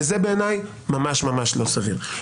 זה בעיניי ממש-ממש לא סביר.